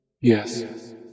Yes